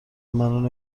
منو